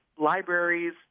libraries